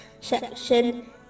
section